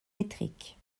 métriques